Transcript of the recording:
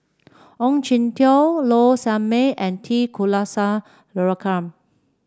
Ong Jin Teong Low Sanmay and T Kulasekaram